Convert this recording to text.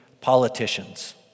politicians